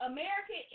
America